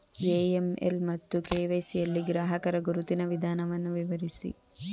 AML ಮತ್ತು KYC ಯಲ್ಲಿ ಗ್ರಾಹಕರ ಗುರುತಿನ ವಿಧಾನವನ್ನು ವಿವರಿಸಿ?